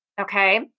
Okay